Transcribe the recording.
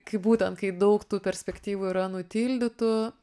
kai būtent kai daug tų perspektyvų yra nutildytų